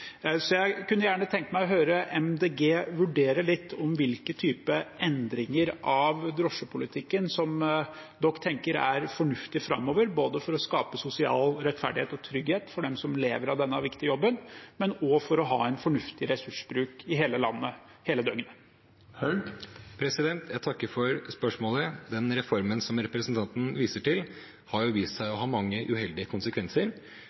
Jeg kunne tenkt meg å høre Miljøpartiet De Grønne vurdere hvilke endringer av drosjepolitikken de tenker er fornuftige framover, både for å skape sosial rettferdighet og trygghet for dem som lever av denne viktige jobben, og for å ha en fornuftig ressursbruk i hele landet hele døgnet. Jeg takker for spørsmålet. Den reformen representanten Nils Kristen Sandtrøen viser til, har vist seg å ha mange uheldige konsekvenser,